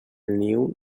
niu